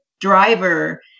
driver